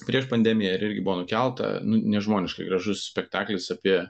prieš pandemiją ir irgi buvo nukelta nu nežmoniškai gražus spektaklis apie